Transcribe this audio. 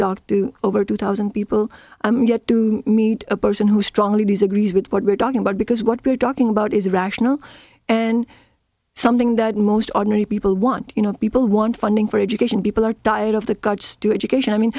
docked to over two thousand people yet to meet a person who strongly disagrees with what we're talking about because what we're talking about is rational and something that most ordinary people want you know people want funding for education people are dying of the cuts to education i mean